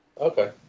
Okay